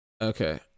Okay